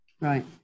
Right